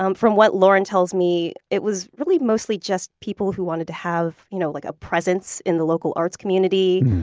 um from what lauren tells me, it was really mostly just people who wanted to have you know like a presence in the local arts community,